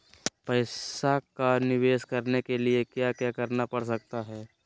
पैसा का निवेस करने के लिए क्या क्या करना पड़ सकता है?